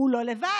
הוא לא לבד.